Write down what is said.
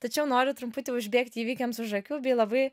tačiau noriu truputį užbėgti įvykiams už akių bei labai